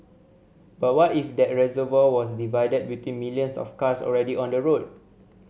but what if that reservoir was divided between millions of cars already on the road